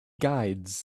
guides